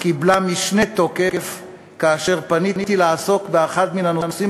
קיבלה משנה תוקף כאשר פניתי לעסוק באחד הנושאים